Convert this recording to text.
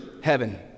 heaven